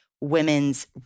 women's